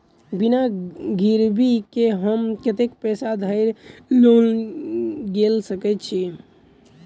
बिना गिरबी केँ हम कतेक पैसा धरि लोन गेल सकैत छी?